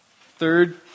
third